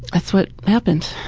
that's what happened.